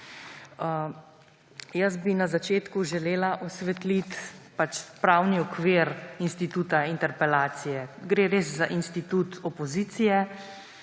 kot ne. Na začetku bi želela osvetliti pravni okvir instituta interpelacije. Res gre za institut opozicije,